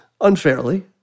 Unfairly